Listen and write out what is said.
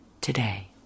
today